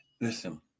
Listen